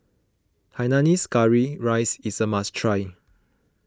Hainanese Curry Rice is a must try